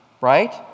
Right